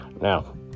Now